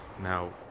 now